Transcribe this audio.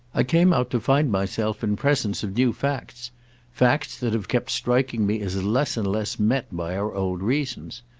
i came out to find myself in presence of new facts facts that have kept striking me as less and less met by our old reasons.